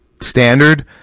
standard